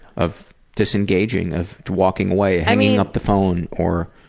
of disengaging, of walking away, hanging up the phone, or.